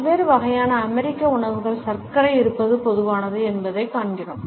பல்வேறு வகையான அமெரிக்க உணவுகளில் சர்க்கரை இருப்பது பொதுவானது என்பதைக் காண்கிறோம்